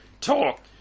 Talk